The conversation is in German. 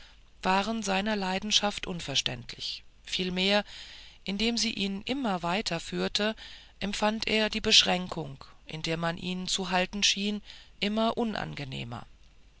waren seiner leidenschaft unverständlich vielmehr indem sie ihn immer weiter führte empfand er die beschränkung in der man ihn zu halten schien immer unangenehmer